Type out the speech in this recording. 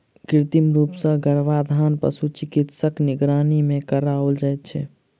कृत्रिम रूप सॅ गर्भाधान पशु चिकित्सकक निगरानी मे कराओल जाइत छै